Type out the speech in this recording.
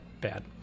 bad